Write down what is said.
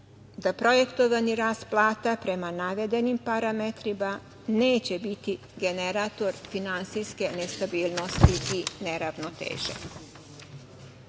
da projektovani rast plata, prema navedenim parametrima, neće biti generator finansijske nestabilnosti i neravnoteže. Povodom